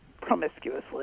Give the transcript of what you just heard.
promiscuously